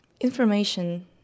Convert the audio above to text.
Information